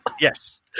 yes